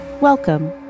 Welcome